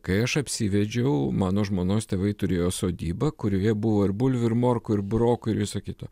kai aš apsivedžiau mano žmonos tėvai turėjo sodybą kurioje buvo ir bulvių ir morkų ir burokų ir viso kito